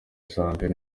shampiyona